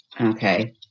Okay